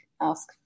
ask